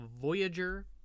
Voyager